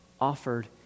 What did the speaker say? offered